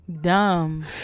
Dumb